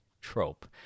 trope